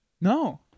No